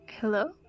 Hello